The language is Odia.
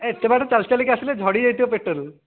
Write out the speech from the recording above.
ଏତେ ବାଟ ଚାଲି ଚାଲିକି ଆସିଲେ ଝଡ଼ି ଯାଇଥିବ ପେଟରୁ